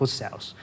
cells